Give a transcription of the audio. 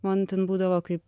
man ten būdavo kaip